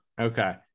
Okay